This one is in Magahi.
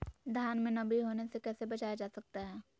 धान में नमी होने से कैसे बचाया जा सकता है?